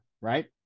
right